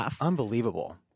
unbelievable